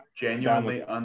Genuinely